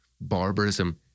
barbarism